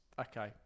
Okay